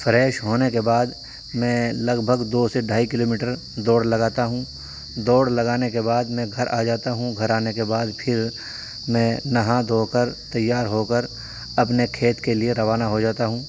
fresh ہونے کے بعد میں لگ بھگ دو سے ڈھائی کلو میٹر دوڑ لگاتا ہوں دوڑ لگانے کے بعد میں گھر آ جاتا ہوں گھر آنے کے بعد پھر میں نہا دھو کر تیار ہو کر اپنے کھیت کے لیے روانہ ہو جاتا ہوں